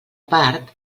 part